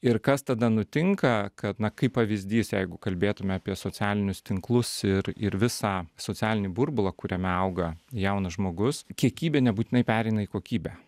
ir kas tada nutinka kad na kaip pavyzdys jeigu kalbėtume apie socialinius tinklus ir ir visą socialinį burbulą kuriame auga jaunas žmogus kiekybė nebūtinai pereina į kokybę